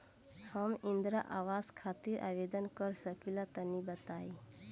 हम इंद्रा आवास खातिर आवेदन कर सकिला तनि बताई?